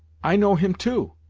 i know him, too.